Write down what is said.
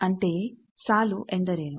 ಅಂತೆಯೇ ಸಾಲು ಎಂದರೇನು